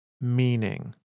meaning